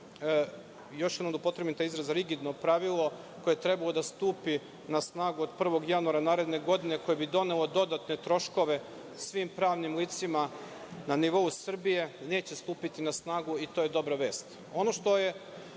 još jednom da upotrebim taj izraz, rigidno pravilo koje je trebalo da stupi na snagu 1. januara, koje bi donelo dodatne troškove svim pravnim licima na nivou Srbije, neće stupiti na snagu i to je dobra vest. Ono